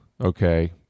okay